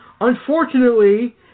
Unfortunately